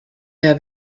der